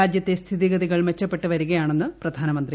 രാജ്യത്തെ സ്ഥിതിഗ്രികൾ മെച്ചപ്പെട്ടുവരികയാണെന്ന് പ്ലിധീനമന്ത്രി